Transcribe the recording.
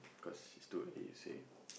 cause it's too early to say